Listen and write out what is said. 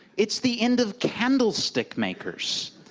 it's the end of candlestick makers.